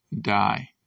die